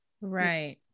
right